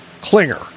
Klinger